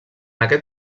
aquest